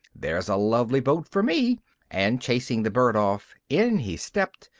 there's a lovely boat for me! and chasing the bird off, in he stepped,